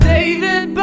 David